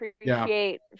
appreciate